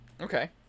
Okay